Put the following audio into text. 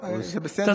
רוצה,